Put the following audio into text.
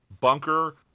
bunker